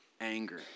anger